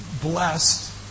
blessed